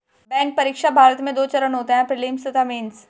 bank परीक्षा, भारत में दो चरण होते हैं प्रीलिम्स तथा मेंस